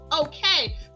okay